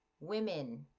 women